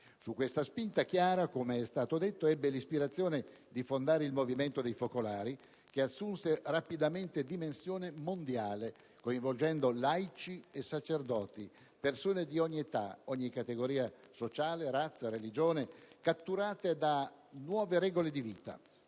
Su questa spinta Chiara, come è stato già evidenziato, ebbe l'ispirazione di fondare il Movimento dei Focolari, che assunse rapidamente dimensione mondiale, coinvolgendo laici e sacerdoti, persone di ogni età, categoria sociale, razza e religione, catturate da nuove regole di vita: